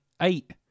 eight